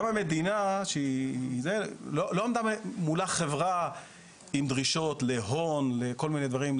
גם המדינה לא עמדה מול החברה עם דרישות להון וכל מיני דברים,